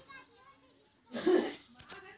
बैगन बीज टन दर खुना की करे फेकुम जे टिक हाई?